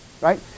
right